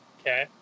okay